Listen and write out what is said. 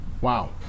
wow